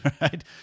Right